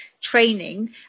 training